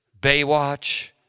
Baywatch